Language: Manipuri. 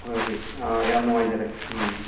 ꯍꯣꯏ ꯍꯣꯏ ꯌꯥꯝ ꯅꯨꯡꯉꯥꯏꯖꯔꯦ ꯎꯝ